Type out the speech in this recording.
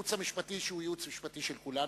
מהייעוץ המשפטי, שהוא ייעוץ משפטי של כולנו,